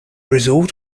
resort